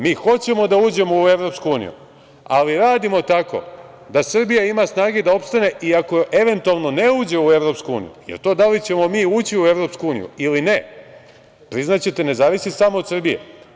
Mi hoćemo da uđemo u EU, ali radimo tako da Srbija ima snage da opstane i ako eventualno ne uđe u EU, jer to da li ćemo mi ući u EU ili ne, priznaćete, ne zavisi samo od Srbije.